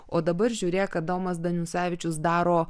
o dabar žiūrėk adomas danisevičius daro